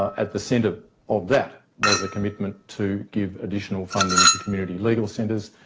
at the centre of that was a commitment to give additional funding to community legal centres.